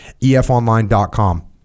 Efonline.com